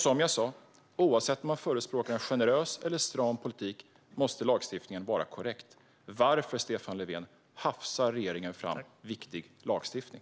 Som jag sa: Oavsett om man förespråkar en generös eller stram politik måste lagstiftningen vara korrekt. Varför, Stefan Löfven, hafsar regeringen fram viktig lagstiftning?